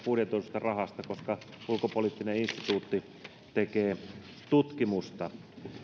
budjetoidusta rahasta koska ulkopoliittinen instituutti tekee tutkimusta